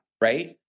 right